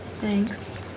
Thanks